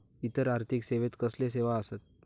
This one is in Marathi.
इतर आर्थिक सेवेत कसले सेवा आसत?